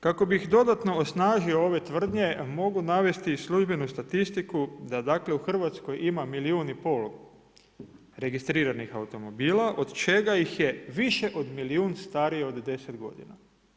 Kako bih dodatno osnažio ove tvrdnje mogu navesti službenu statistiku da u Hrvatskoj ima milijun i pol registriranih automobila od čega ih je više od milijun starijih od deset godina.